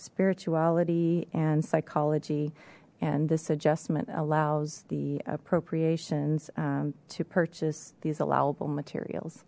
spirituality and psychology and this adjustment allows the appropriations to purchase these allowable materials